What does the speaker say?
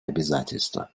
обязательства